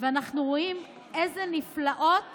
ואנחנו רואים איזה נפלאות